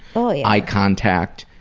eye contact,